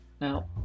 Now